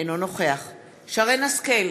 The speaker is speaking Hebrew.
אינו נוכח שרן השכל,